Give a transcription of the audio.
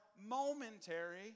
momentary